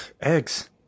Eggs